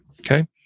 okay